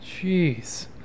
Jeez